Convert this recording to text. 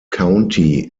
county